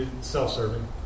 Self-serving